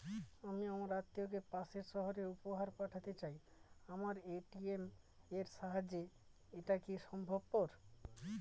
আমি আমার আত্মিয়কে পাশের সহরে উপহার পাঠাতে চাই আমার এ.টি.এম এর সাহায্যে এটাকি সম্ভবপর?